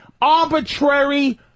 arbitrary